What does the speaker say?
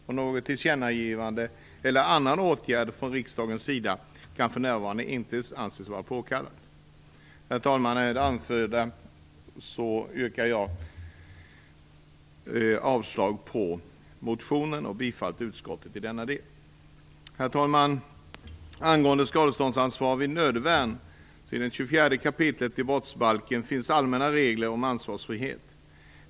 Något tillkännagivande eller någon annan åtgärd från riksdagens sida kan för närvarande inte anses påkallade. Herr talman! Med det anförda yrkar jag avslag på motionen och bifall till utskottets hemställan i denna del. Herr talman! Angående skadeståndsansvar vid nödvärn finns i 25 kap. brottsbalken allmänna regler om ansvarsfrihet.